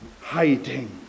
hiding